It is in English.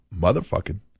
Motherfucking